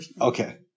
Okay